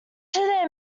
their